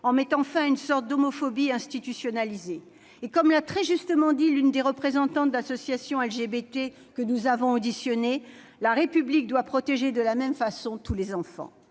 en mettant fin à une sorte d'homophobie institutionnalisée. Comme l'a très justement dit l'une des représentantes d'associations LGBT que nous avons auditionnées, « la République doit protéger de la même façon tous les enfants